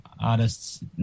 artists